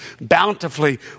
bountifully